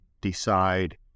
decide